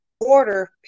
order